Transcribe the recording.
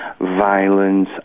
violence